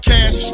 Cash